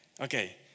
okay